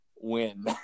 win